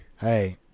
Hey